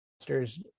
master's